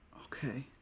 Okay